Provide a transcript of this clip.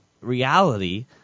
reality